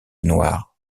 noirs